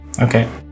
Okay